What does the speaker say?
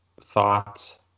thoughts